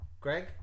Greg